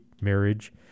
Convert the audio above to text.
marriage